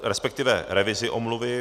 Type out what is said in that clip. Respektive revizi omluvy.